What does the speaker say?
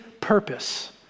purpose